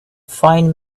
fine